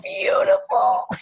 beautiful